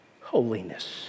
holiness